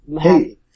hey